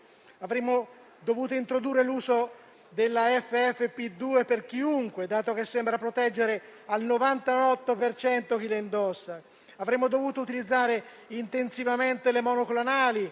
Avremmo dovuto introdurre l'uso della FFP2 per chiunque, dato che sembra proteggere al 98 per cento chi la indossa. Avremmo dovuto utilizzare intensivamente le monoclonali,